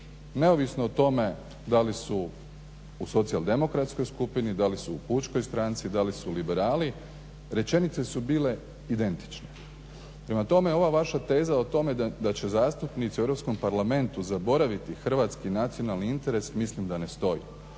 neovisno o tome da li su u socijaldemokratskoj skupini, da li su u pučkoj stranci, da li su liberali. Rečenice su bile identične. Prema tome, ova vaša teza o tome da će zastupnici u EU parlamentu zaboraviti hrvatski nacionalni interes mislim da ne stoji.